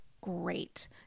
great